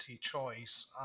choice